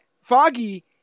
Foggy